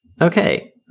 Okay